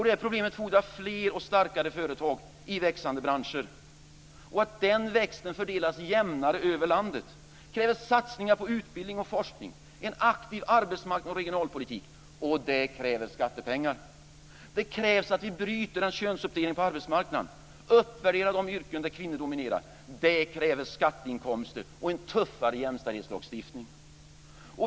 Det problemet fordrar fler och starkare företag i växande branscher och att dessas tillväxt fördelas jämnare över landet. Det kräver satsningar på utbildning och forskning, det kräver en aktiv arbetsmarknads och regionalpolitik, och det kräver skattepengar. Det krävs att vi bryter en könsuppdelning på arbetsmarknaden och uppvärderar de yrken där kvinnor dominerar. Det kräver skatteinkomster och en tuffare jämställdhetslagstiftning.